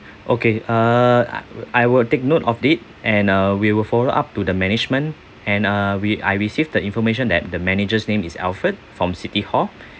okay uh I will take note of it and uh we will follow up to the management and uh we I received the information that the manager's name is alfred from city hall